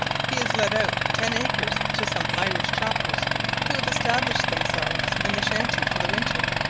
he has let out ten acres to some irish choppers who have established themselves in the shanty for the winter.